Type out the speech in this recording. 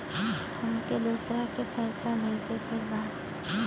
हमके दोसरा के पैसा भेजे के बा?